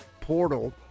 portal